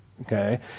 Okay